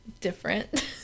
different